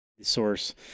source